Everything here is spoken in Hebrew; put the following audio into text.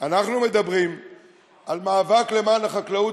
אנחנו מדברים על מאבק למען החקלאות,